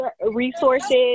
resources